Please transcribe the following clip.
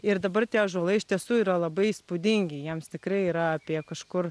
ir dabar tie ąžuolai iš tiesų yra labai įspūdingi jiems tikrai yra apie kažkur